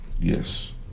Yes